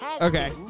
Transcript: Okay